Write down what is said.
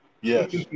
Yes